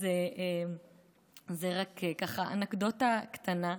אז זה רק, ככה, אנקדוטה קטנה.